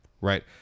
right